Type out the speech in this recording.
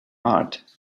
heart